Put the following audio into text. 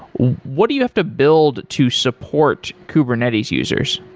what do you have to build to support kubernetes users?